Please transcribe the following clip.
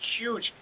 huge